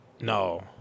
No